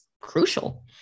crucial